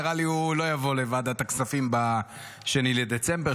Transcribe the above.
נראה לי שהוא לא יבוא לוועדת הכספים ב-2 בדצמבר,